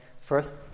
first